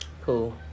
Cool